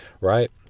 right